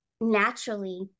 naturally